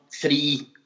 three